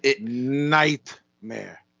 nightmare